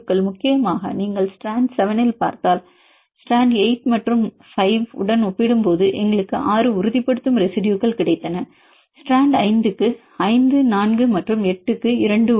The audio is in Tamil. முக்கியமாக நீங்கள் ஸ்ட்ராண்ட் 7 இல் பார்த்தால் ஸ்ட்ராண்ட் 8 மற்றும் ஸ்ட்ராண்ட் 5 உடன் ஒப்பிடும்போது எங்களுக்கு 6 உறுதிப்படுத்தும் ரெசிடுயுகள் கிடைத்தன ஸ்ட்ராண்ட் 5 க்கு 5 4 மற்றும் 8 க்கு 2 உள்ளது